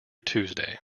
tuesday